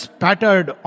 pattered